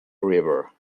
river